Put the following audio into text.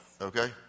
Okay